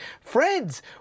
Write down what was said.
Friends